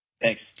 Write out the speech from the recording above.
Thanks